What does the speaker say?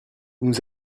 nous